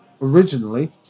originally